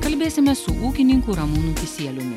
kalbėsime su ūkininku ramūnu kisieliumi